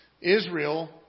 Israel